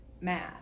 math